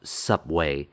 subway